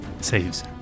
Saves